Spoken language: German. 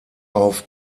auf